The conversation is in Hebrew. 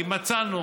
מצאנו,